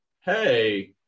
hey